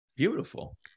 Beautiful